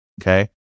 Okay